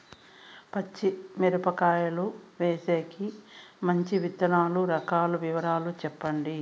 పచ్చి మిరపకాయలు వేసేకి మంచి విత్తనాలు రకాల వివరాలు చెప్పండి?